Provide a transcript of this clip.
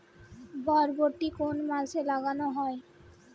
বরবটি কোন মাসে লাগানো হয়?